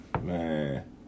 man